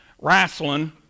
wrestling